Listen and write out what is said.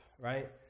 right